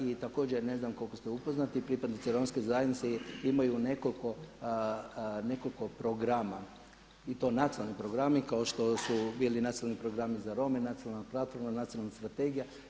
I također, ne znam koliko ste upoznati pripadnici Romske zajednice imaju nekoliko programa i to nacionalni programi kao što su bili Nacionalni programi za Rome, nacionalna platforma, nacionalna strategija.